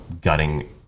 gutting